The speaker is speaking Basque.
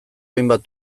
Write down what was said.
hainbat